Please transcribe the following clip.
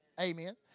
Amen